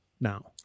now